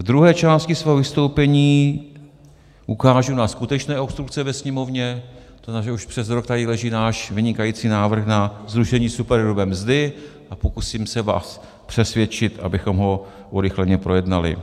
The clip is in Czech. V druhé části svého vystoupení ukážu na skutečné obstrukce ve Sněmovně, to znamená, že už přes rok tady leží náš vynikající návrh na zrušení superhrubé mzdy, a pokusím se vás přesvědčit, abychom ho urychleně projednali.